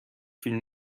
فیلم